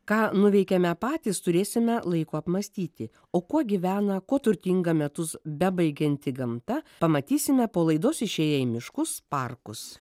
ką nuveikiame patys turėsime laiko apmąstyti o kuo gyvena kuo turtinga metus bebaigianti gamta pamatysime po laidos išėję į miškus parkus